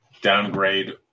downgrade